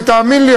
ותאמין לי,